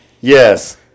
Yes